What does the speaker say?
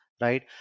right